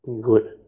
good